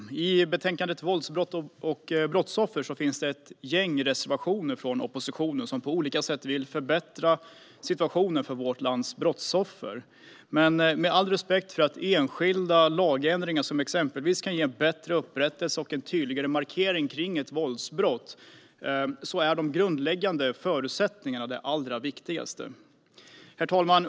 Herr talman! I betänkandet Våldsbrott och brottsoffer finns ett gäng reservationer från oppositionen, där man på olika sätt vill förbättra situationen för vårt lands brottsoffer. Med all respekt för enskilda lagändringar, som exempelvis kan ge bättre upprättelse och en tydligare markering mot våldsbrott, är de grundläggande förutsättningarna allra viktigast. Herr talman!